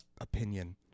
opinion